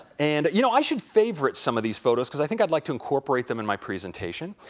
and, you know, i should favorite some of these photos because i think i'd like to incorporate them in my presentation.